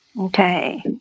Okay